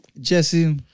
Jesse